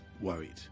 worried